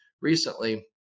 recently